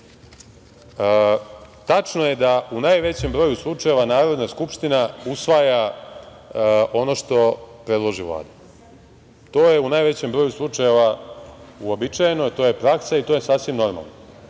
tačno je da u najvećem broju slučajeva Narodna skupština usvaja ono što predloži Vlada. To je u najvećem broju slučajeva uobičajeno, to je praksa i to je sasvim normalno,